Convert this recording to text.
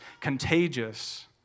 contagious